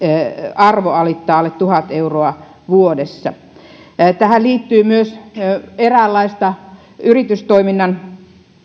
arvo alittaa tuhat euroa vuodessa tähän liittyy myös eräänlaista yritystoiminnan